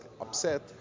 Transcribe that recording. upset